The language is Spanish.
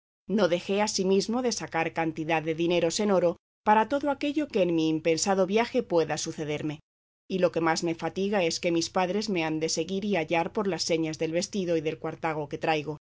no dejé asimismo de sacar cantidad de dineros en oro para todo aquello que en mi impensado viaje pueda sucederme y lo que más me fatiga es que mis padres me han de seguir y hallar por las señas del vestido y del cuartago que traigo